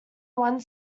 one